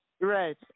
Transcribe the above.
right